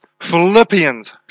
Philippians